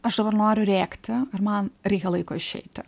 aš noriu rėkti ir man reikia laiko išeiti